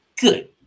Good